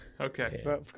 okay